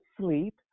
sleep